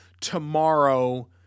tomorrow